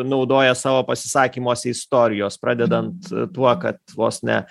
naudoja savo pasisakymuose istorijos pradedant tuo kad vos ne